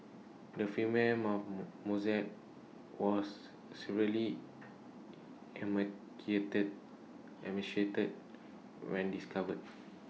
the female mosaic was severely emaciated when discovered